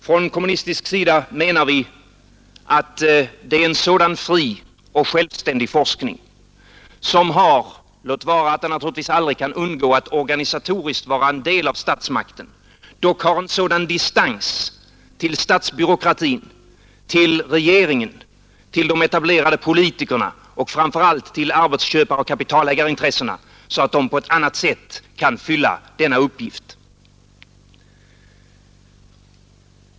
På kommunistiskt håll menar vi att en sådan fri och självständig forskning — låt vara att den naturligtvis aldrig kan undgå att organisatoriskt vara en del av statsmakten — dock har en sådan distans till statsbyråkratin, till regeringen, till de etablerade politikerna och framför allt till arbetsköparoch kapitalägarintressena, att den på ett annat sätt kan fylla sin uppgift.